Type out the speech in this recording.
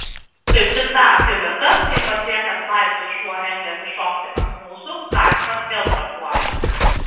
kaip tik tą akimirką kai pasiekęs laiptus šuo rengėsi šokti ant mūsų katinas vėl prapuolė